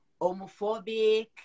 homophobic